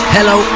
Hello